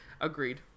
Agreed